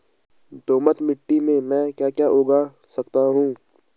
दोमट मिट्टी में म ैं क्या क्या उगा सकता हूँ?